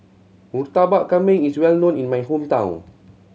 Murtabak Kambing is well known in my hometown